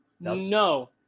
No